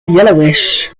yellowish